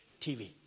TV